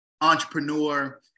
entrepreneur